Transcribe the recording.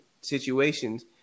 situations